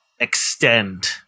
extend